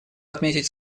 отметить